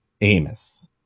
Amos